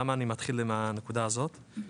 למה אני מתחיל עם הנקודה הזאת?